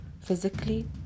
physically